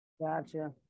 Gotcha